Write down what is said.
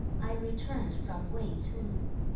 i returned from wei to lu,